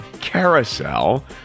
Carousel